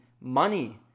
money